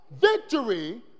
Victory